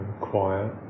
quiet